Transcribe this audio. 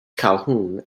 calhoun